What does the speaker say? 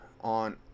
on